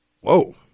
Whoa